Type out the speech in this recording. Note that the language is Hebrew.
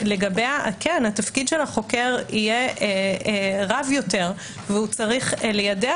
התפקיד של החוקר יהיה רב יותר והוא צריך ליידע